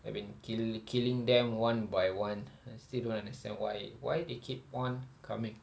I've been kill~ killing them one by one and I still don't understand why why they keep on coming